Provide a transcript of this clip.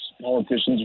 politicians